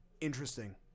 Interesting